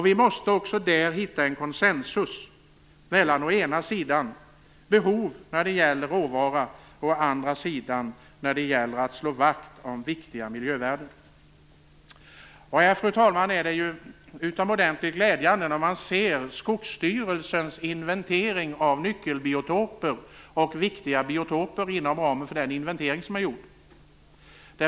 Vi måste också här hitta en konsensus mellan å ena sidan behovet av råvara och å andra sidan behovet av att slå vakt om viktiga miljövärden. Här, fru talman, är det utomordentligt glädjande att se Skogsstyrelsens inventering av nyckelbiotoper och viktiga biotoper inom ramen för den inventering som är gjord.